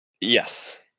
Yes